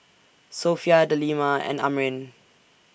Sofea Delima and Amrin